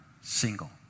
single